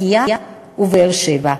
לקיה ותל-שבע.